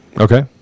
Okay